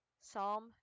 Psalm